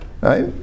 Right